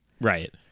right